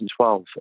2012